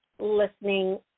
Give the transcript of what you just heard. listening